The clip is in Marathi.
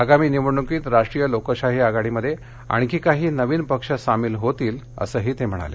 आगामी निवडणुकीत राष्ट्रीय लोकशाही आघाडीमध्ये आणखी काही नवीन पक्ष सामील होतील असंही ते म्हणाले